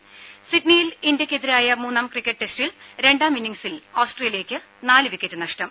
ത സിഡ്നിയിൽ ഇന്ത്യക്കെതിരായ മൂന്നാം ക്രിക്കറ്റ് ടെസ്റ്റിൽ രണ്ടാം ഇന്നിംഗ്സിൽ ഓസ്ട്രേലിയക്ക് നാല് വിക്കറ്റ് നഷ്ടമായി